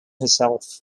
herself